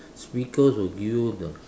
speakers will give you the